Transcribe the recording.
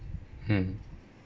mm